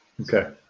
Okay